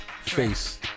face